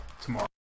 tomorrow